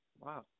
Wow